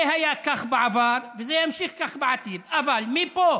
זה היה כך בעבר וזה יימשך כך בעתיד, אבל מפה